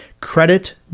credit